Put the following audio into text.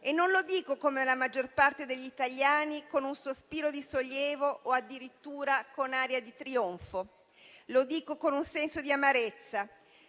Non lo dico, come la maggior parte degli italiani, con un sospiro di sollievo o addirittura con aria di trionfo. Lo dico con un senso di amarezza